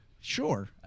Sure